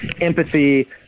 empathy